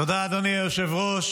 תודה, אדוני היושב-ראש.